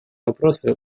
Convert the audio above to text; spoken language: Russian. вопросы